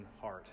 heart